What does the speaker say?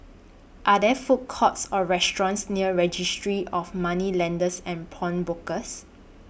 Are There Food Courts Or restaurants near Registry of Moneylenders and Pawnbrokers